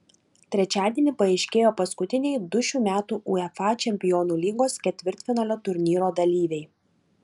trečiadienį paaiškėjo paskutiniai du šių metų uefa čempionų lygos ketvirtfinalio turnyro dalyviai